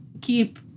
keep